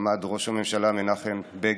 עמד ראש הממשלה מנחם בגין,